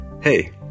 Hey